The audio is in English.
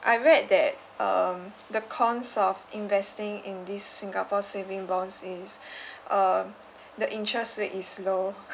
I read that um the cons of investing in this singapore saving bonds is uh the interest rate is low